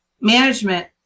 management